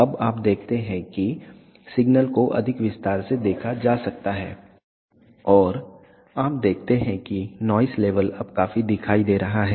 अब आप देखते हैं कि सिग्नल को अधिक विस्तार से देखा जा सकता है और आप देखते हैं कि नॉइस लेवल अब काफी दिखाई दे रहा है